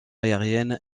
aériennes